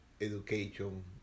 education